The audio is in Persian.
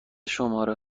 شماره